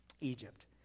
Egypt